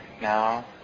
now